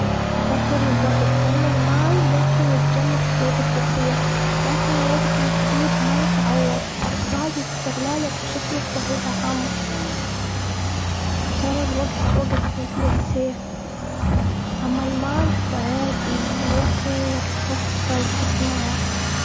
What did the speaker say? أفضل الوقت، لإن المال ممكن يتجمع في وقت قصير. لكن الوقت محدود ما يتعوض. بالتالي استغلاله بالشكل الصحيح أهم. ترى الوقت وقت، مثل السيف. أما المال فعادي ممكن إنك توفره وتجمعه.